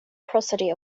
prosody